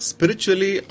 Spiritually